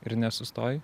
ir nesustoji